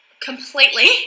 completely